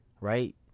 right